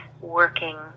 working